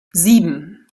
sieben